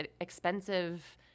expensive